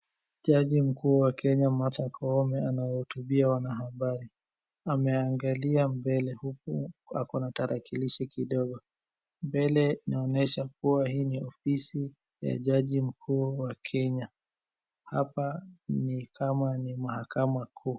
Jaji mkuu wa Kenya Martha Koome anawahotubia wanahabari. Ameangalia mbele huku ako na tarakilishi kidogo. Mbele inaonyesha kuwa hii ni ofisi ya jaji mkuu wa Kenya. Hapa ni kama ni mahakama kuu.